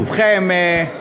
אנא בטובכם.